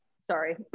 sorry